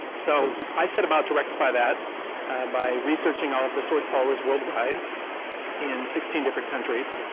so i set about to rectify that by researching all the sword swallowers worldwide in sixteen different countries.